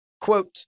quote